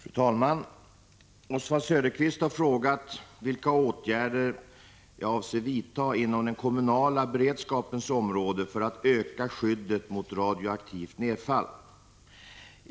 Fru talman! Oswald Söderqvist har frågat vilka åtgärder jag avser vidta inom den kommunala beredskapens område för att öka skyddet mot radioaktivt nedfall.